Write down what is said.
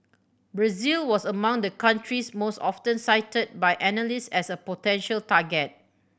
Brazil was among the countries most often cited by analysts as a potential target